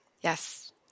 Yes